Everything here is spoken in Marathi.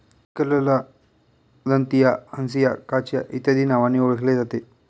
सिकलला दंतिया, हंसिया, काचिया इत्यादी नावांनी ओळखले जाते